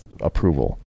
approval